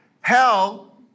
Hell